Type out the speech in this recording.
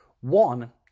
One